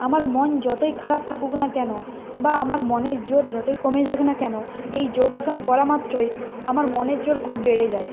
আমার মন যতই খারাপ থাকুক না কেন বা আমার মনের জোর যতই কমে যাক না কেন এই যোগাসন করা মাত্রই আমার মনের জোর খুব বেড়ে যায়